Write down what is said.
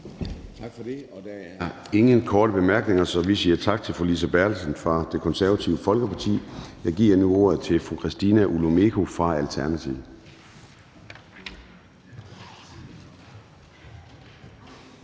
Der er ikke nogen korte bemærkninger, så vi siger tak til fru Helle Bonnesen fra Det Konservative Folkeparti. Jeg giver nu ordet til fru Trine Pertou Mach fra Enhedslisten.